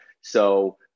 So-